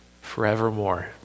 forevermore